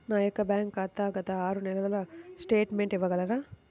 నా యొక్క బ్యాంక్ ఖాతా గత ఆరు నెలల స్టేట్మెంట్ ఇవ్వగలరా?